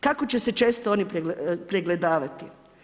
Kako će se često oni pregledavati?